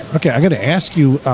okay? i got to ask you